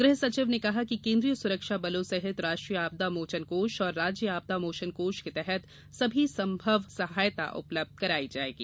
गृह सचिव ने कहा कि केंद्रीय सुरक्षा बलों सहित राष्ट्रीय आपदा मोचन कोष और राज्य आपदा मोचन कोष के तहत सभी संभव सहायता उपलब्धं कराई जाएगी